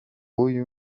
w’uyu